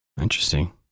Interesting